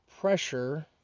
pressure